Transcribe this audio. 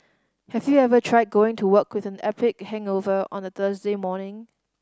have you ever tried going to work with an epic hangover on a Thursday morning